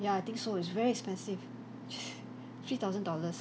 ya I think so it's very expensive three thousand dollars